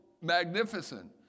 magnificent